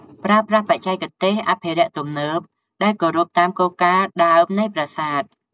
ប្រើប្រាស់បច្ចេកទេសអភិរក្សទំនើបដែលគោរពតាមគោលការណ៍ដើមនៃប្រាសាទ។